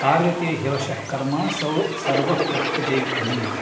कार्यतेह्यवशः कर्मसौ सर्वः प्रकृतिजैर्गुणैः